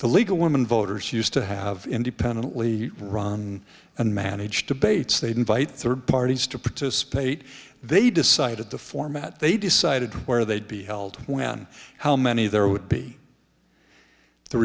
of women voters used to have independently run and managed to bates they'd invite third parties to participate they decided the format they decided where they'd be held when how many there would be the